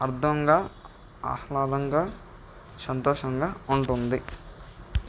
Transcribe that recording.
అర్థంగా ఆహ్లాదంగా సంతోషంగా ఉంటుంది